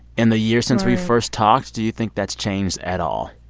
in the year since we first talked, do you think that's changed at all?